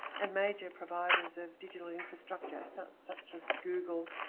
and major providers of digital infrastructures such, such as google,